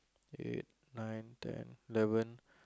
eight nine ten eleven